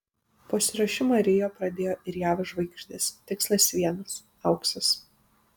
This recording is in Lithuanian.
pasiruošimą rio pradėjo ir jav žvaigždės tikslas vienas auksas